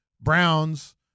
Browns